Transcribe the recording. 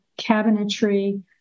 cabinetry